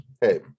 hey